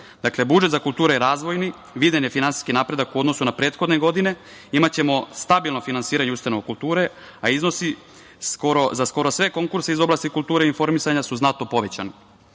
Dakle, budžet za kulturu je razvojni. Vidan je finansijski napredak u odnosu na prethodne godine. Imaćemo stabilno finansiranje ustanova kulture, a iznosi, za skoro sve konkurse iz ove oblasti kulture i informisanja, su znatno povećana. Kada